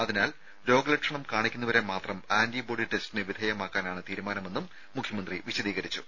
അതിനാൽ രോഗലക്ഷ കാണിക്കുന്നവരെ മാത്രം ആന്റിബോഡി ടെസ്റ്റിന് വിധേയമാക്കാനാണ് തീരുമാനമെന്നും മുഖ്യമന്ത്രി വിശദീകരിച്ചു